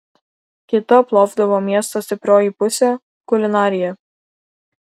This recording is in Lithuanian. kita plovdivo miesto stiprioji pusė kulinarija